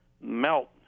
melt